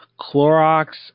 Clorox